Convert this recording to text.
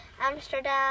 Amsterdam